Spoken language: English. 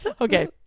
okay